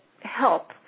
help